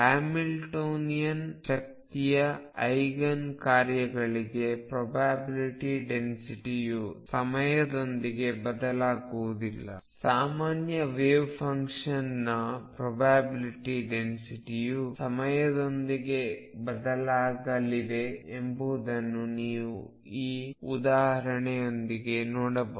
Hamiltonian ಶಕ್ತಿಯ eigen ಕಾರ್ಯಗಳಿಗೆ probability ಡೆನ್ಸಿಟಿಯು ಸಮಯದೊಂದಿಗೆ ಬದಲಾಗುವುದಿಲ್ಲ ಸಾಮಾನ್ಯ ವೆವ್ಫಂಕ್ಷನ್ ನ ಪ್ರೊಬ್ಯಾಬಿಲ್ಟಿ ಡೆನ್ಸಿಟಿಯು ಸಮಯದೊಂದಿಗೆ ಬದಲಾಗಲಿದೆ ಎಂಬುದನ್ನು ನೀವು ಈ ಉದಾಹರಣೆಯಿಂದ ನೋಡಬಹುದು